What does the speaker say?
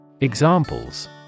Examples